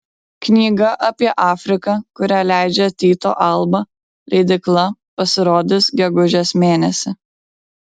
knyga apie afriką kurią leidžia tyto alba leidykla pasirodys gegužės mėnesį